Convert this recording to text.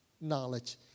Knowledge